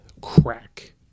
crack